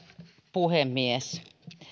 puhemies